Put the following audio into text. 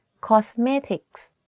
Cosmetics